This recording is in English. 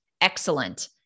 excellent